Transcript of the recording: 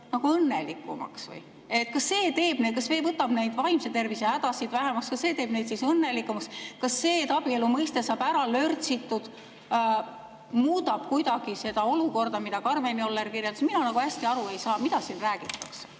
õnnelikumaks. Kas see võtab neid vaimse tervise hädasid vähemaks? Kas see teeb neid õnnelikumaks? Kas see, kui abielu mõiste saab ära lörtsitud, muudab kuidagi seda olukorda, mida Karmen Joller kirjeldas? Mina hästi aru ei saa, mida siin räägitakse.